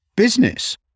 business